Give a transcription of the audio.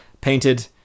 painted